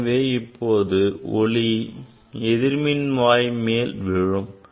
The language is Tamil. எனவே இப்போது ஒளி எதிர்மின்வாய் மேல் விழும்